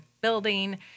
building